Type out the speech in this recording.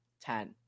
Ten